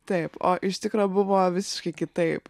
taip o iš tikro buvo visiškai kitaip